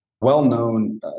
well-known